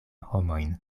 homoj